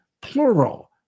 plural